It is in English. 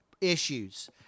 issues